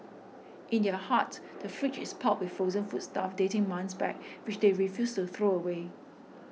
in their hut the fridge is piled with frozen foodstuff dating months back which they refuse to throw away